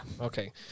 Okay